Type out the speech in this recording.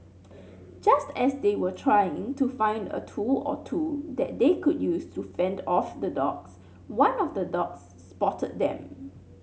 just as they were trying to find a tool or two that they could use to fend off the dogs one of the dogs spotted them